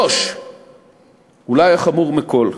3. אולי החמור מכול: